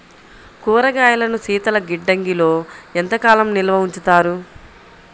కూరగాయలను శీతలగిడ్డంగిలో ఎంత కాలం నిల్వ ఉంచుతారు?